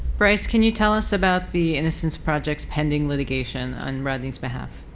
bryce, can you tell us about the innocence project's pending litigation on rodney's behalf?